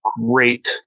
great